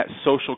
social